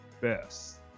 BEST